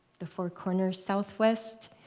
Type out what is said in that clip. the four corners, southwest,